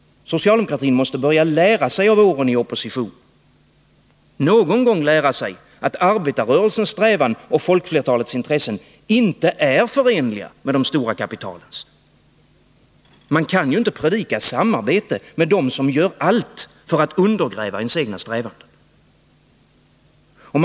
Socialdemokratin måste börja lära sig av sina år i opposition, någon gång lära sig att arbetarrörelsens strävan och folkflertalets intressen inte är förenliga med de stora kapitalens. Man kan inte predika samarbete med dem som gör allt för att undergräva ens egna strävanden.